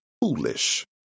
foolish